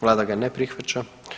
Vlada ga ne prihvaća.